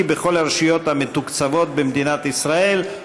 בכל הרשויות המתוקצבות במדינת ישראל),